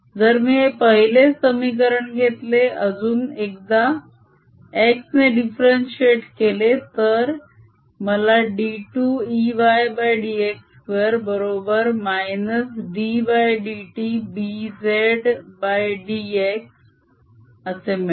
जर मी हे पहिले समीकरण घेतले अजून एकदा x ने दिफ़ेरेन्शिएट केले तर मला d2Eydx2 बरोबर -ddtBzdx मिळेल